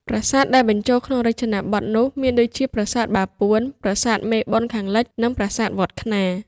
ប្រាសាទដែលបញ្ចូលក្នុងរចនាបថនោះ មានដូចជា ប្រាសាទបាពួន ប្រាសាទមេបុណ្យខាងលិច និងប្រាសាទវត្ដខ្នារ ។